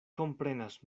komprenas